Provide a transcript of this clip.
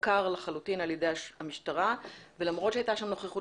הופקר לחלוטין על ידי המשטרה ולמרות הייתה נוכחות